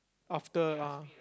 after ah